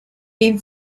then